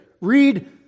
Read